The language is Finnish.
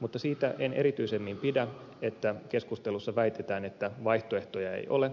mutta siitä en erityisemmin pidä että keskustelussa väitetään että vaihtoehtoja ei ole